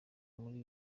muri